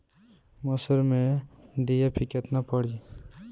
मसूर में डी.ए.पी केतना पड़ी?